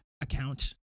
account